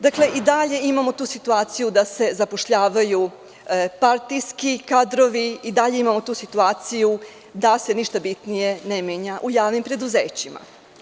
Dakle, i dalje imamo tu situaciju da se zapošljavaju partijski kadrovi, i dalje imamo tu situaciju da se ništa bitnije ne menja u javnim preduzećima.